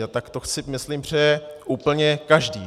A tak to si myslím přeje úplně každý.